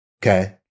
Okay